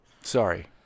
sorry